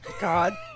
God